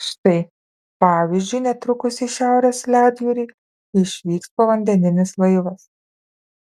štai pavyzdžiui netrukus į šiaurės ledjūrį išvyks povandeninis laivas